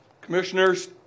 Commissioners